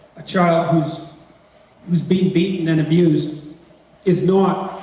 a child who's who's been beaten and abused is not